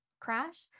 crash